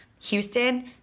Houston